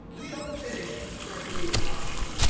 we don't fit in bethany, you're awesome.